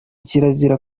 kirazira